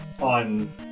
on